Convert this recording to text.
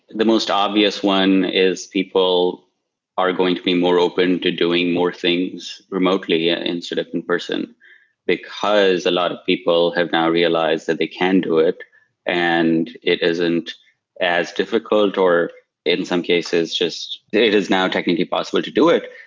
the most obvious one is people are going to be more open to doing more things remotely and instead of in-person because a lot of people have now realized that they can do it and it isn't as difficult or in some cases just it is now technically possible to do it.